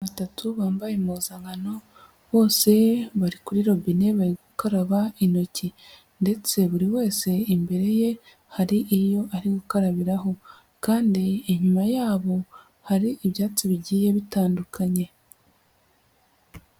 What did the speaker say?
Abana batatu bambaye impuzankano bose bari kuri robine, bari gukaraba intoki ndetse buri wese imbere ye hari iyo ari gukarabiraho kandi inyuma yabo hari ibyatsi bigiye bitandukanye.